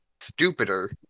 stupider